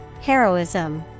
Heroism